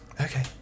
Okay